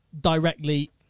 directly